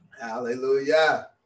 Hallelujah